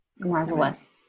marvelous